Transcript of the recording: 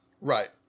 Right